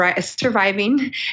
surviving